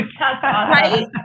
Right